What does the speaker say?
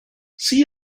see